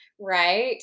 right